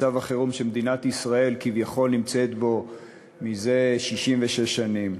מצב החירום שמדינת ישראל כביכול נמצאת בו זה 66 שנים.